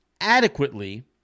adequately